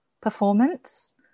performance